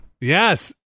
Yes